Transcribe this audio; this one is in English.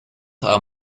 are